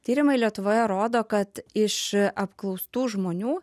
tyrimai lietuvoje rodo kad iš apklaustų žmonių